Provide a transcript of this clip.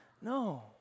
No